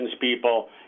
people